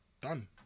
done